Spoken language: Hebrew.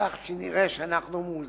כך שנראה אנחנו מאוזנים,